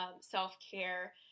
self-care